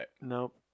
Nope